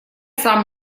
сам